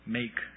make